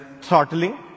throttling